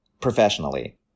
professionally